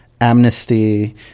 amnesty